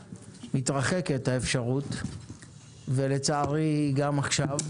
מתרחקת, ולצערי גם עכשיו,